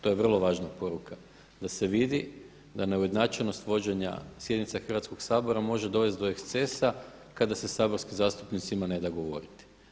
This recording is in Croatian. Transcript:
To je vrlo važna poruka da se vidi da neujednačenost vođenja sjednica Hrvatskoga sabora može dovesti do ekscesa kada se saborskim zastupnicima neda govoriti.